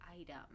item